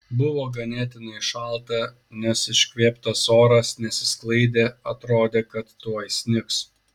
buvo ganėtinai šalta nes iškvėptas oras nesisklaidė atrodė kad tuoj snigs